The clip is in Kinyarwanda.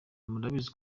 murabizi